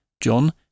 John